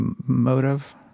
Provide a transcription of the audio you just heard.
motive